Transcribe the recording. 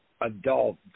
adults